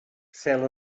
cel